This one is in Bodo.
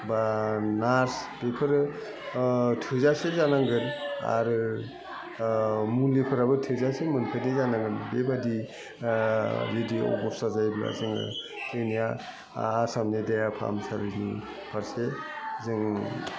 बा नार्स बेफोरो थोजासे जानांगोन आरो मुलिफ्राबो थोजासे मोनफैनाय जानांगोन बेबादि रेदिअ' खर्सा जायोब्ला जोङो जोंनिया आसामनि देहा फाहामसालिनि फारसे जों